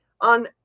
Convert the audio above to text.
on